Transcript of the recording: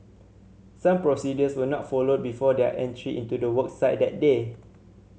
some procedures were not followed before their entry into the work site that day